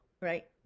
right